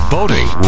Boating